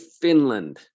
Finland